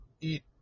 eat